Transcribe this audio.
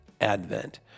Advent